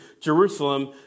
Jerusalem